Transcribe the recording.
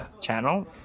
channel